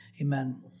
Amen